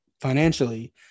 financially